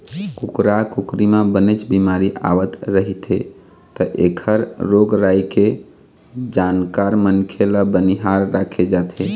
कुकरा कुकरी म बनेच बिमारी आवत रहिथे त एखर रोग राई के जानकार मनखे ल बनिहार राखे जाथे